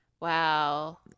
Wow